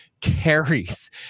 carries